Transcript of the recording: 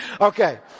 Okay